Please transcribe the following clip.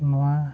ᱱᱚᱣᱟ